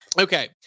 Okay